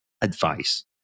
advice